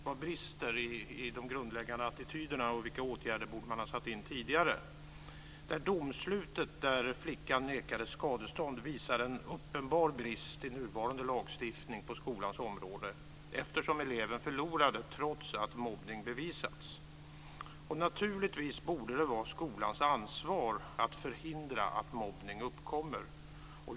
Vad brister i de grundläggande attityderna och vilka åtgärder borde man ha satt in tidigare? Det domslut där flickan nekades skadestånd visar en uppenbar brist i nuvarande lagstiftning på skolans område eftersom eleven förlorade trots att mobbning bevisats. Naturligtvis borde det vara skolans ansvar att förhindra att mobbning uppkommer.